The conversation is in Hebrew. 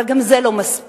אבל גם זה לא מספיק.